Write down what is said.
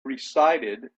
recited